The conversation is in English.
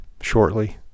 shortly